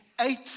eight